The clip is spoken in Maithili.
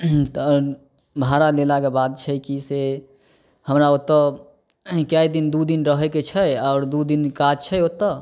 तऽ भाड़ा देलाके बाद छै कि से हमरा ओतऽ कै दिन दुइ दिन रहैके छै आओर दुइ दिन काज छै ओतऽ